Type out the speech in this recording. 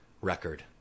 record